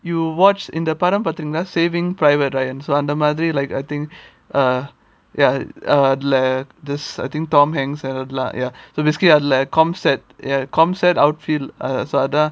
you watched in the padang பார்த்தங்களா:parthangala saving private ryan so அந்த மாதிரி:andha madhiri like I think uh ya uh uh this I think tom hanks ல அதுல:la adhula ya so basically அதுல:adhula a com~ set com~ set outfield அதான்:adhan